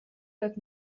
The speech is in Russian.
как